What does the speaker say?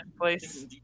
place